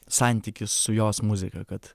santykis su jos muzika kad